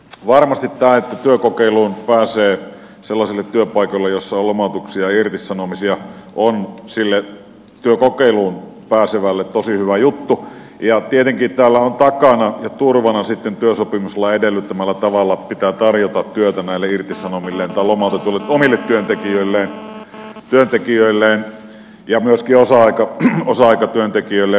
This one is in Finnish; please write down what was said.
varmasti tämä että työkokeiluun pääsee sellaisille työpaikoille joissa on lomautuksia ja irtisanomisia on sille työkokeiluun pääsevälle tosi hyvä juttu ja tietenkin täällä on takana ja turvana sitten työsopimuslain edellyttämällä tavalla se että pitää tarjota työtä näille irtisanotuille tai lomautetuille omille työntekijöille ja myöskin osa aikatyöntekijöille